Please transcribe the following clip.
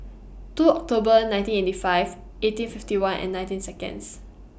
two October nineteen eighty five eighteen fifty one and nineteen Seconds